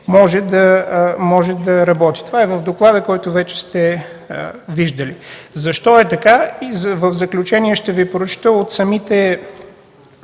може да работи. Това е в доклада, който вече сте виждали. Защо е така? В заключение ще Ви прочета от самите